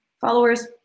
followers